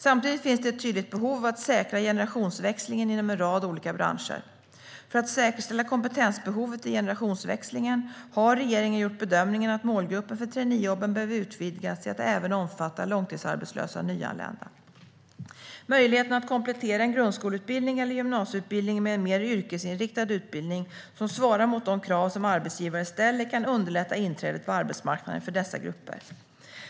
Samtidigt finns det ett tydligt behov av att säkra generationsväxlingen inom en rad olika branscher. För att säkerställa kompetensbehovet i generationsväxlingen har regeringen gjort bedömningen att målgruppen för traineejobben behöver utvidgas till att även omfatta långtidsarbetslösa och nyanlända. Möjligheten att komplettera en grundskoleutbildning eller gymnasieutbildning med en mer yrkesinriktad utbildning, som svarar mot de krav som arbetsgivare ställer, kan underlätta inträdet på arbetsmarknaden för dessa grupper.